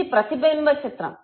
ఇది ప్రతిబింబ చిత్రం